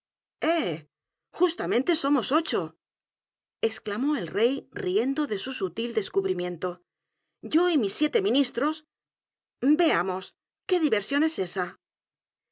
justamente somos ocho e x c l a m ó el rey riendo de su sutil descubrimiento yo y mis siete ministros veamos que diversión es esa